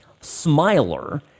smiler